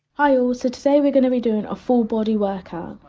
i also to say, we're going to be doing a full body workout,